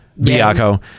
Viaco